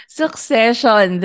succession